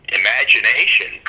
imagination